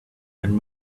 and